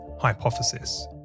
hypothesis